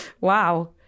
Wow